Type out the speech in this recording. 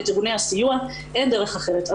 ואת ארגוני הסיוע אין דרך אחרת.